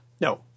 no